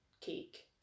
cake